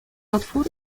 otwór